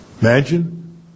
Imagine